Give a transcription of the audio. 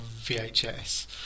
VHS